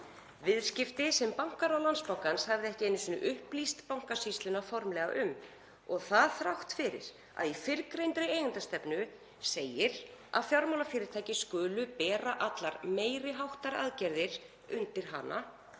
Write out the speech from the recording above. viðskipti sem bankaráð Landsbankans hafði ekki einu sinni upplýst Bankasýsluna formlega um og það þrátt fyrir að í fyrrgreindri eigendastefnu segi að fjármálafyrirtæki skulu bera allar meiri háttar aðgerðir undir hana,